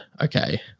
okay